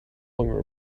longer